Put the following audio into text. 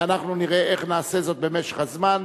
ואנחנו נראה איך נעשה זאת במשך הזמן.